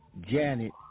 Janet